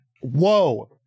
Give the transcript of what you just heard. whoa